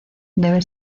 debe